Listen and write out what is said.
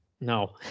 No